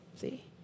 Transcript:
See